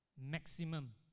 maximum